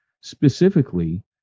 specifically